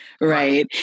Right